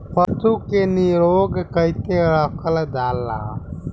पशु के निरोग कईसे रखल जाला?